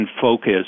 focus